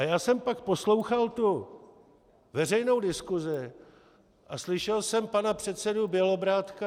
Já jsem pak poslouchal veřejnou diskusi a slyšel jsem pana předsedu Bělobrádka.